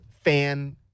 fan –